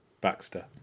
Baxter